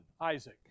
Isaac